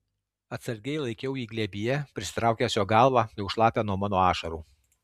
atsargiai laikiau jį glėbyje prisitraukęs jo galvą jau šlapią nuo mano ašarų